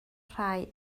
rhai